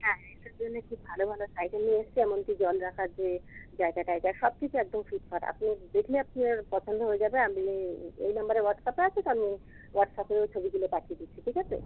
হ্যাঁ রেসের জন্যে খুব ভালো ভালো সাইকেলই এসছে এমন কি জল রাখার যে জায়গা টায়গা সব কিছু একদম ফিটফাট আপনি দেখলে আপনার পছন্দ হয়ে যাবে আপনি এই নাম্বারে হোয়াটস অ্যাপে আছে তো আমি হোয়াটস অ্যাপে ছবিগুলো পাঠিয়ে দিচ্ছি ঠিক আছে